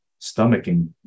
stomaching